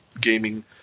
gaming